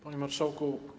Panie Marszałku!